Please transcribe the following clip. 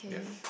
we have